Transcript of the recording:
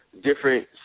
different